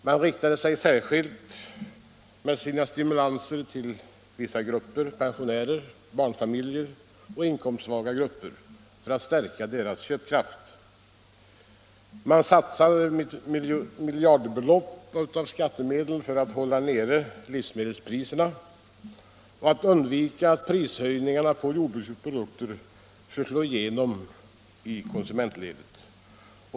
Man riktade sig särskilt med stimulanser till pensionärer, barnfamiljer och inkomstsvaga grupper för att stärka deras köpkraft. Det satsades bl.a. miljardbelopp av skattemedel för att hålla nere livsmedelspriserna och undvika att prishöjningarna på jordbrukets produkter slog igenom i konsumentledet.